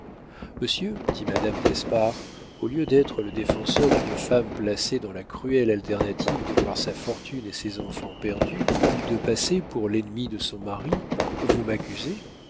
monsieur dit madame d'espard au lieu d'être le défenseur d'une femme placée dans la cruelle alternative de voir sa fortune et ses enfants perdus ou de passer pour l'ennemie de son mari vous m'accusez